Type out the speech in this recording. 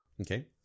Okay